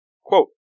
Quote